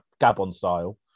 Gabon-style